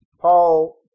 Paul